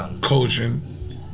coaching